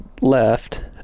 left